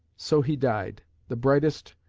so he died the brightest,